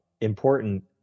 important